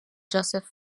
joseph